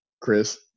chris